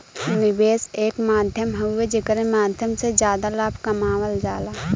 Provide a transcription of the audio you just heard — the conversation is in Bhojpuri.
निवेश एक माध्यम हउवे जेकरे माध्यम से जादा लाभ कमावल जाला